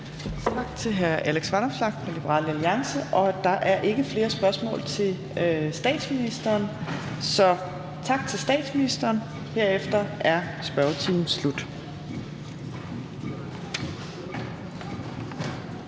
Tak til hr. Alex Vanopslagh fra Liberal Alliance. Der er ikke flere spørgsmål til statsministeren, så tak til statsministeren. Og herefter er spørgetimen slut.